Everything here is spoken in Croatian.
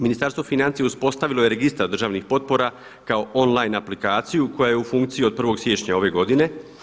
Ministarstvo financija uspostavilo je Registar državnih potpora kao online aplikaciju koja je u funkciji od 1. siječnja ove godine.